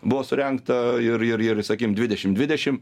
buvo surengta ir ir ir sakym dvidešim dvidešim